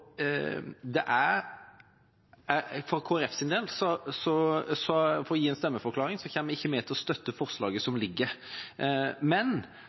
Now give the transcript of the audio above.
for å gi en stemmeforklaring – ikke til å støtte forslaget som foreligger. Men